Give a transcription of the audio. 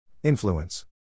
Influence